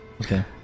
Okay